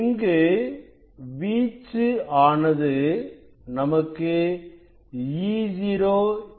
இங்கு வீச்சு ஆனது நமக்கு Eo